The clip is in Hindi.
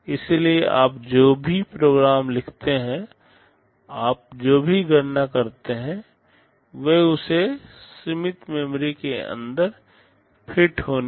इसलिए आप जो भी प्रोग्राम लिखते हैं आप जो भी गणना करते हैं वे उस सीमित मेमोरी स्पेस के अंदर फिट होनी चाहिए